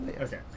Okay